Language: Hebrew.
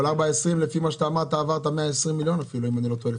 אבל 4.20 לפי מה שאמרת עבר את ה-120 מיליון אם אני לא טועה.